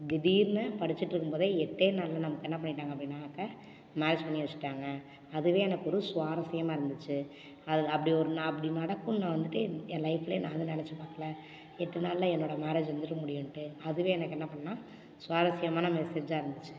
திடீர்னு படிச்சுட்டு இருக்கும் போதே எட்டே நாளில் என்ன பண்ணிட்டாங்க அப்படின்னாக்கா மேரேஜ் பண்ணி வச்சுட்டாங்க அதுவே எனக்கு ஒரு சுவாரஸ்யமாக இருந்துச்சு அது அப்படி ஒரு நாள் அப்படி நடக்கும் நான் வந்துட்டு என் லைஃப்லே நான் வந்து நினச்சி பார்க்கல எட்டு நாளில் என்னோடய மேரேஜ் வந்துட்டு முடியும்ன்ட்டு அதுவே எனக்கு என்ன பண்ணும்னா சுவாரஸ்யமான மெசேஜாக இருந்துச்சு